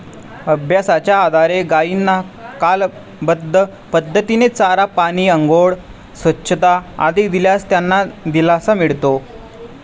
अभ्यासाच्या आधारे गायींना कालबद्ध पद्धतीने चारा, पाणी, आंघोळ, स्वच्छता आदी दिल्यास त्यांना दिलासा मिळतो